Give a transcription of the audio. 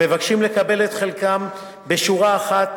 הם מבקשים לקבל את חלקם בשורה אחת